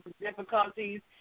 difficulties